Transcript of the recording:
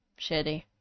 shitty